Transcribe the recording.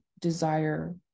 desire